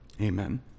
Amen